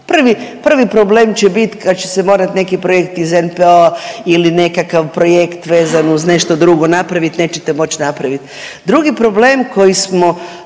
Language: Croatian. prvi problem će bit kad će se morat neki projekt iz NPOO-a ili nekakav projekt vezan uz nešto drugo napravit, nećete moć napraviti. Drugi problem koji smo,